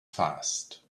fast